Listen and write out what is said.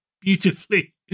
beautifully